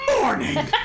morning